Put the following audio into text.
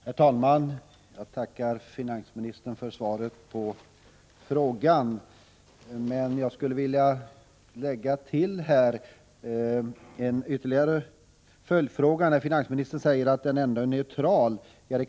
Herr talman! Jag tackar finansministern för svaret på frågan. Jag skulle dock vilja ställa en följdfråga, när finansministern säger att skatten är konkurrensneutral.